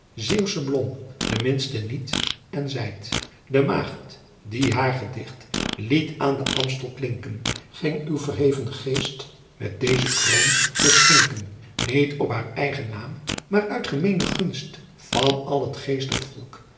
lom de minste niet en zijt e aeght die haer gedicht liet aen den mstel klincken ingh u verheven geest met deze kroon beschincken iet op haer eygen naem maer uyt gemeene gunst an al het geestigh volck